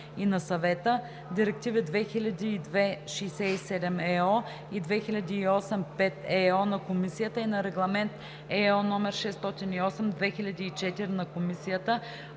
и на Съвета, директиви 2002/67/ЕО и 2008/5/ЕО на Комисията и на Регламент (ЕО) № 608/2004 на Комисията